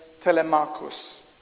Telemachus